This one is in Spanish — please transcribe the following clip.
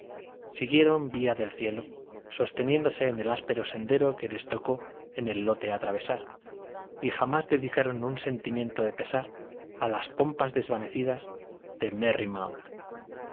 siguieron vía del cielo sosteniéndose en el áspero sendero que les tocó en lote atravesar y jamás dedicaron un sentimiento de pesar a las pompas desvanecidas de merry